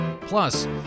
Plus